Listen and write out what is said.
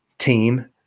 Team